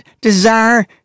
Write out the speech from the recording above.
desire